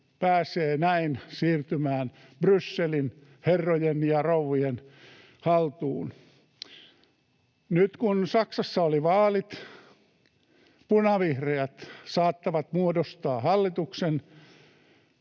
pääsee näin siirtymään Brysselin herrojen ja rouvien haltuun. Nyt kun Saksassa oli vaalit ja punavihreät saattavat muodostaa hallituksen,